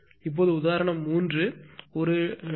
இப்போது உதாரணம் 3 ஒரு 2